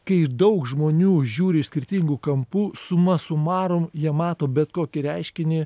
kai daug žmonių žiūri iš skirtingų kampų suma sumarum jie mato bet kokį reiškinį